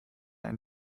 ein